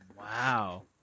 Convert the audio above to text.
Wow